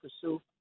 pursue